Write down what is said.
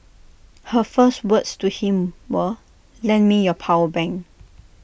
her first words to him were lend me your power bank